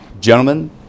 Gentlemen